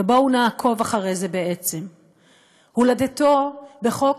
ובואו נעקוב אחרי זה: בעצם הולדתו בחוק,